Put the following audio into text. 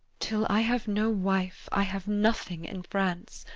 till i have no wife, i have nothing in france